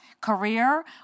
career